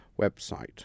website